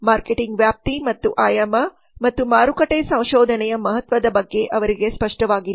marketing ವ್ಯಾಪ್ತಿ ಮತ್ತು ಆಯಾಮ ಮತ್ತು ಮಾರುಕಟ್ಟೆ ಸಂಶೋಧನೆಯ ಮಹತ್ವದ ಬಗ್ಗೆ ಅವರಿಗೆ ಸ್ಪಷ್ಟವಾಗಿಲ್ಲ